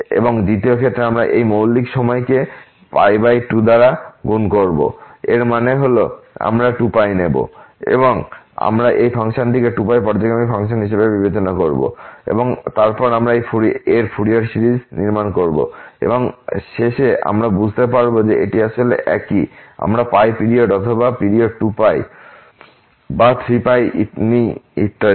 এবং দ্বিতীয় ক্ষেত্রে আমরা এই মৌলিক সময়কে by 2 দ্বারা গুণ করব এর মানে হল আমরা 2π নেব আমরা এই ফাংশনটিকে 2π পর্যায়ক্রমিক ফাংশন হিসাবে বিবেচনা করব এবং তারপর এর ফুরিয়ার সিরিজ নির্মাণ করব এবং শেষে আমরা বুঝতে পারব যে এটি আসলে একই আমরা পিরিয়ড অথবা পিরিয়ড 2π বা 3π নিই ইত্যাদি